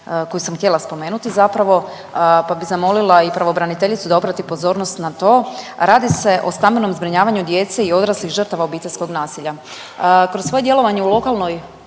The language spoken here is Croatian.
koju sam htjela spomenuti zapravo pa bi zamolila i pravobraniteljicu da obrati pozornost na to, a radi se o stambenom zbrinjavanju djece i odraslih žrtava obiteljskog nasilja. Kroz svoje djelovanje u lokalnoj